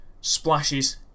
Splashes